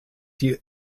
die